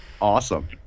awesome